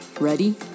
Ready